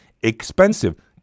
expensive